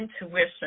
intuition